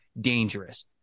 dangerous